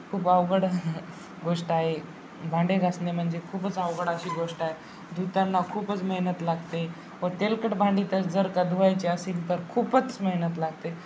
खूप अवघड गोष्ट आहे भांडे घासणे म्हणजे खूपच अवघड अशी गोष्ट आहे धुताना खूपच मेहनत लागते व तेलकट भांडी तर जर का धुवायची असेल तर खूपच मेहनत लागते